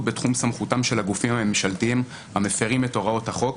בתחום סמכותם של הגופים הממשלתיים המפרים את הוראות החוק,